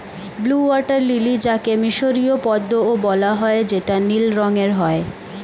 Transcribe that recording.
blue water lily যাকে মিসরীয় পদ্মও বলা হয় যেটা নীল রঙের হয়